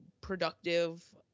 productive